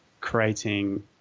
creating